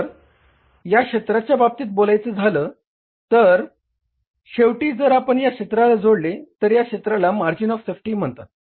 तर या क्षेत्राच्या बाबतीत बोलायच झाल तर शेवटी जर आपण या क्षेत्राला जोडले तर या क्षेत्राला मार्जिन ऑफ सेफ्टी म्हणतात